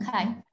Okay